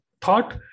thought